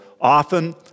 often